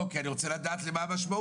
אנחנו מרמים את עצמנו.